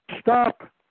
Stop